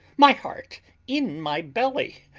my heart in my belly,